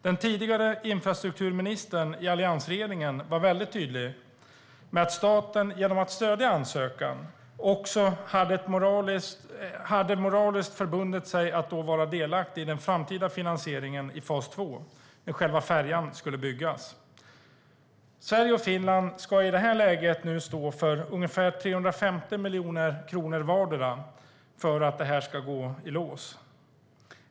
Den tidigare infrastrukturministern i alliansregeringen var tydlig med att staten genom att stödja ansökan också hade förbundit sig moraliskt att vara delaktig i den framtida finansieringen i fas två, när själva färjan ska byggas. Sverige och Finland ska stå för ungefär 350 miljoner kronor vardera för att det här ska gå i lås.